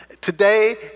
Today